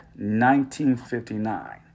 1959